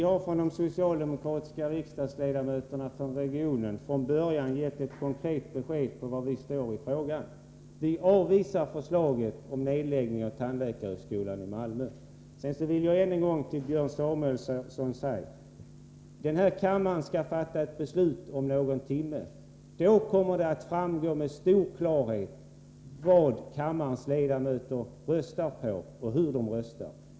Herr talman! De socialdemokratiska riksdagsledamöterna i regionen har från början gett ett klart besked om var de står i frågan. Vi avvisar förslaget om nedläggning av tandläkarhögskolan i Malmö. Jag vill än en gång säga till Björn Samuelson: Den här kammaren skall fatta beslut om någon timme. Då kommer det att helt klart framgå hur kammarens ledamöter röstar.